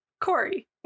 Corey